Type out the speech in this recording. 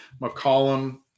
McCollum